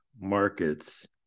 markets